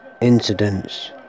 Incidents